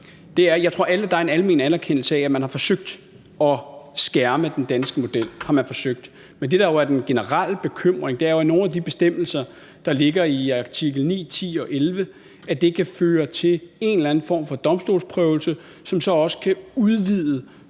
tror, at der er en almen anerkendelse af, at man har forsøgt at skærme den danske model. Det har man forsøgt, men det, der er den generelle bekymring, er jo, at nogle af de bestemmelser, der ligger i artikel 9, 10 og 11, kan føre til en eller anden form for domstolsprøvelse, som så også kan udvide